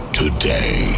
today